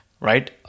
right